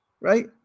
right